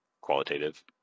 qualitative